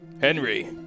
Henry